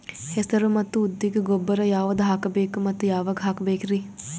ಹೆಸರು ಮತ್ತು ಉದ್ದಿಗ ಗೊಬ್ಬರ ಯಾವದ ಹಾಕಬೇಕ ಮತ್ತ ಯಾವಾಗ ಹಾಕಬೇಕರಿ?